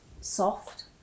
soft